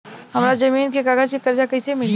हमरा जमीन के कागज से कर्जा कैसे मिली?